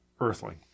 Earthling